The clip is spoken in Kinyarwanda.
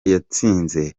yatsinze